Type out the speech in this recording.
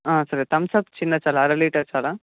సరే Thums Up చిన్నది చాలా అర లీటర్ చాలా